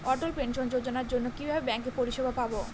অটল pension যোজনার জন্য কিভাবে ব্যাঙ্কে পরিষেবা পাবো?